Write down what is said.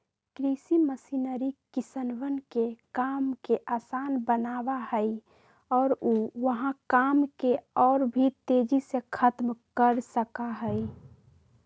कृषि मशीनरी किसनवन के काम के आसान बनावा हई और ऊ वहां काम के और भी तेजी से खत्म कर सका हई